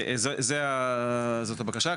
זאת הבקשה.